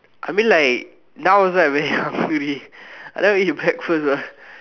I mean like now also I very hungry I never eat breakfast what